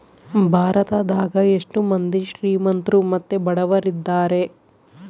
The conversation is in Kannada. ಭಾರತದಗ ಎಷ್ಟ ಮಂದಿ ಶ್ರೀಮಂತ್ರು ಮತ್ತೆ ಬಡವರಿದ್ದಾರೆ?